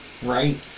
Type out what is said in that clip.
Right